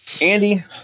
Andy